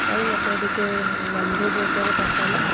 ପାଇଁ ମୋତେ ଟିକେ ନନ୍ଭେଜ୍ ଉପରେ ପସନ୍ଦ